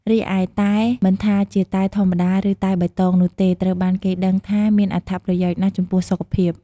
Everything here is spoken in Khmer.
រីឯតែ មិនថាជាតែធម្មតា ឬតែបៃតងនោះទេ ត្រូវបានគេដឹងថាមានអត្ថប្រយោជន៍ណាស់់ចំពោះសុខភាព។